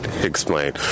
explain